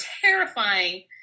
terrifying